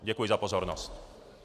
Děkuji za pozornost.